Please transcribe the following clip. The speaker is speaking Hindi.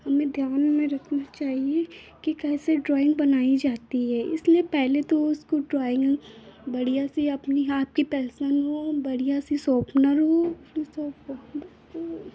हमें ध्यान में रखना चाहिए कि कैसे ड्राइंग बनाई जाती है इसलिए पहले तो उसको ड्राइंग बढ़िया सी अपनी हाथ की पेंसल हो बढ़िया से शोपनर हो यह सब चीज़ें